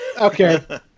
Okay